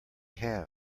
have